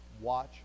watch